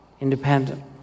independent